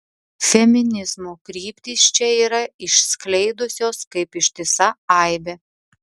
feminizmo kryptys čia yra išskleidusios kaip ištisa aibė